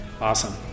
awesome